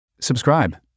Subscribe